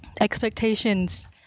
Expectations